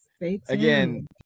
again